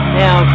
now